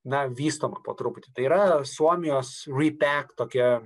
na vystoma po truputį tai yra suomijos vy pek tokia